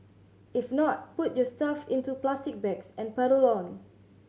if not put your stuff into plastic bags and pedal on